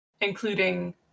including